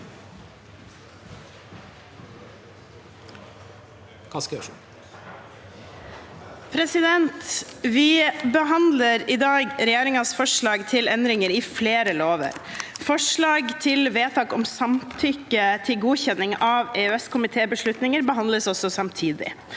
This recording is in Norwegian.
for sakene): Vi behandler i dag regjeringens forslag til endringer i flere lover. Forslag til vedtak om samtykke til godkjenning av EØS-komitébeslutninger behandles også samtidig.